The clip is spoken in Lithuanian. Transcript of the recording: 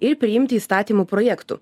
ir priimti įstatymų projektų